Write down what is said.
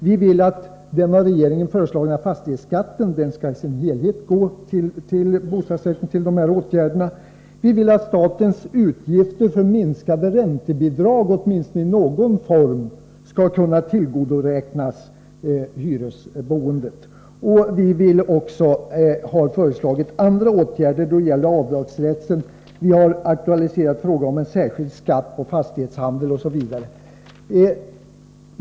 Vi vill att den av regeringen föreslagna fastighetsskatten i sin helhet skall gå till dessa åtgärder. Vi vill att statens utgifter för minskade räntebidrag åtminstone i någon form skall tillgodoräknas hyresboendet. Och vi har också föreslagit andra åtgärder då det gäller avdragsrätt, vi har aktualiserat frågan om en särskild skatt på fastighetshandel osv.